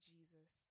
Jesus